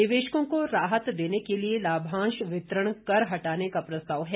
निवेशकों को राहत देने के लिए लाभांश वितरण कर हटाने का प्रस्ताव है